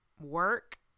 work